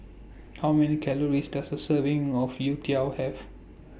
How Many Calories Does A Serving of Youtiao Have